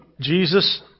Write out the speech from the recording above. Jesus